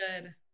Good